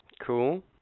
Cool